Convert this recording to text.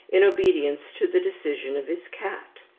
in obedience to the decision of his cat.